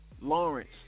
Lawrence